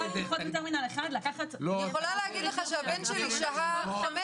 אני יכולה להגיד לך שהבן שלי שהה חמש